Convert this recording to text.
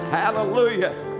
hallelujah